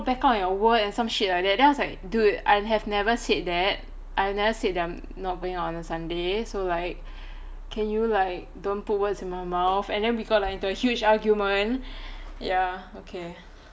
back out on your word and some shit like that then I was like dude I have never said that I have never said that I'm not going out on a sunday so like can you like don't put words in my mouth and then we got like into a huge argument ya okay